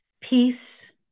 peace